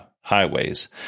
highways